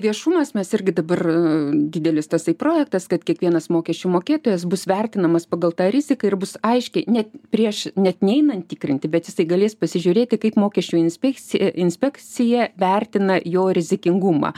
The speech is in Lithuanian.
viešumas mes irgi dabar didelis tasai projektas kad kiekvienas mokesčių mokėtojas bus vertinamas pagal tą riziką ir bus aiškiai net prieš net neinant tikrinti bet jisai galės pasižiūrėti kaip mokesčių inspekcija inspekcija vertina jo rizikingumą